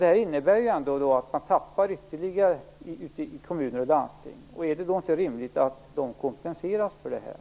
Det här innebär att man tappar ytterligare ute i kommuner och landsting. Är det då inte rimligt att man kompenseras för detta?